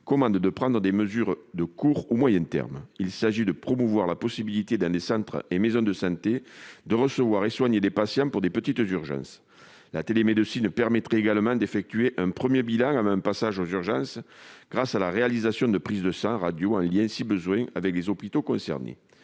-commande de prendre des mesures de court et moyen termes. Il s'agit de promouvoir la possibilité, dans les centres et maisons de santé, de recevoir et soigner des patients pour de petites urgences. La télémédecine permettrait également d'effectuer un premier bilan avant un passage aux urgences, grâce à la réalisation de prises de sang et de radios en lien, si besoin est, avec les hôpitaux concernés.